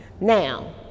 Now